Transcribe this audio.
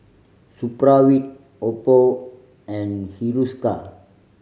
Supravit Oppo and Hiruscar